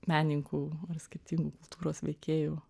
menininkų ar skirtingų kultūros veikėjų